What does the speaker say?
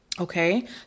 okay